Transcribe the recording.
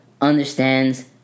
understands